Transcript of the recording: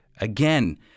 Again